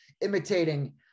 imitating